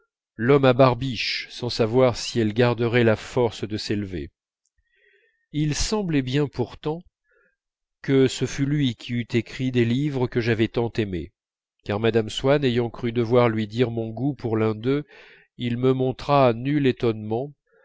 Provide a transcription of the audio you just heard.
l'homme à barbiche sans savoir si elle garderait la force de s'élever il semblait bien pourtant que ce fût lui qui eût écrit les livres que j'avais tant aimés car mme swann ayant cru devoir lui dire mon goût pour l'un d'eux il ne montra nul étonnement